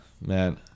man